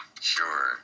Sure